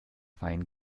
fein